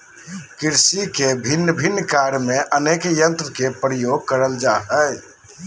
कृषि के भिन्न भिन्न कार्य में अनेक यंत्र के प्रयोग करल जा हई